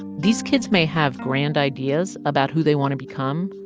these kids may have grand ideas about who they want to become,